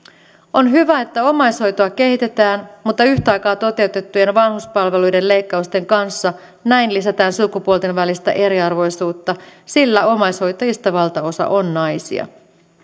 on hyvä että omaishoitoa kehitetään mutta yhtä aikaa toteutettujen vanhuspalveluiden leikkausten kanssa näin lisätään sukupuolten välistä eriarvoisuutta sillä omaishoitajista valtaosa on naisia